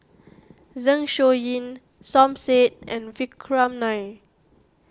Zeng Shouyin Som Said and Vikram Nair